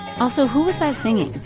also who is that singing?